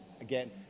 Again